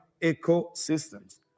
ecosystems